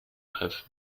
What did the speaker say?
have